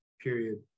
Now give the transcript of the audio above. Period